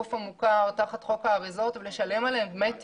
הגוף המוכר תחת חוק האריזות ולשלם עליהם דמי טיפול,